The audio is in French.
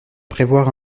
prévoir